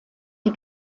die